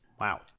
Wow